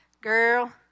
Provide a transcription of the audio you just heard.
girl